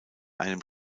einem